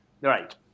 Right